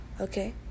Okay